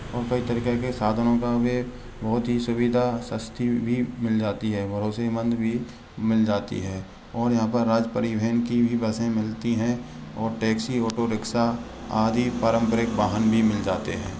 और कई तरीक़े के साधनों का ये बहुत ही सुविधा सस्ती भी मिल जाती है भरोसेमंद भी मिल जाती है और यहाँ पे राज्य परिवहन की भी बसें मिलती हैं और टेक्सी ओटो रिक्सा आदि पारंपरिक वाहन भी मिल जाते हैं